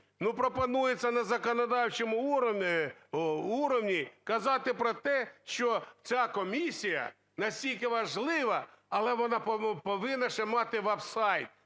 Пропонується на законодавчому рівні казати про те, що ця комісія настільки важлива, але вона повинна ще мати веб-сайти.